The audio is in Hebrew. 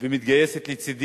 ומתגייסת לצדי